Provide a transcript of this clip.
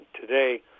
today